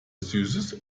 süßes